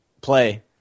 play